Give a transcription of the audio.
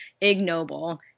ignoble